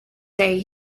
day